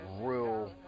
real